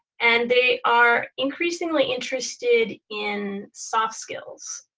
and they are increasingly interested in soft skills.